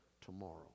tomorrow